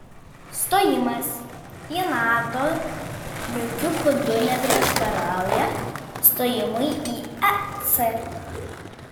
stojimas į nato jokiu būdu neprieštarauja stojimui į es